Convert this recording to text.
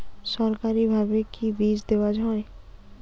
সরকারিভাবে কি বীজ দেওয়া হয়?